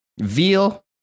veal